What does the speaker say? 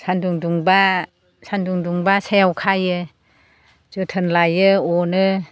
सानदुं दुंबा सानदुं दुंबा सायहायाव खायो जोथोन लायो अनो